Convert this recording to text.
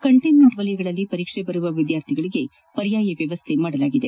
containment ವಲಯಗಳಲ್ಲಿ ಪರೀಕ್ಷೆ ಬರೆಯುವ ವಿದ್ಯಾರ್ಥಿಗಳಿಗೆ ಪರ್ಯಾಯ ವ್ಯವಸ್ಥೆ ಮಾಡಲಾಗಿದೆ